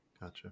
Gotcha